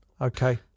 okay